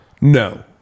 no